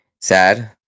sad